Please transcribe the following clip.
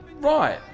Right